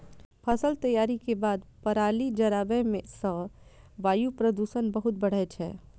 फसल तैयारी के बाद पराली जराबै सं वायु प्रदूषण बहुत बढ़ै छै